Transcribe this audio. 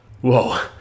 Whoa